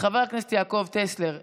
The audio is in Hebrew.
חבר הכנסת יעקב טסלר,